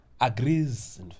agrees